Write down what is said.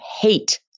hate